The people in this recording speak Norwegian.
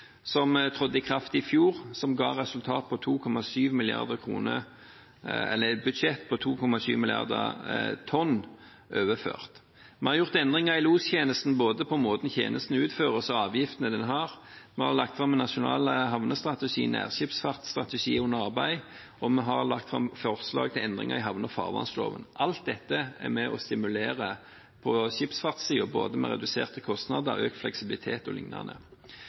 som trådte i kraft i fjor, og som ga et budsjett på 2,7 mrd. tonn overført. Vi har gjort endringer i lostjenesten, både i måten tjenesten utføres på, og i avgiftene den har. Vi har lagt fram en nasjonal havnestrategi, en nærskipsfartsstrategi er under arbeid, og vi har lagt fram forslag til endringer i havne- og farvannsloven. Alt dette er med på å stimulere på skipsfartssiden med både reduserte kostnader, økt fleksibilitet